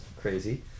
crazy